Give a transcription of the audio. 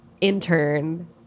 intern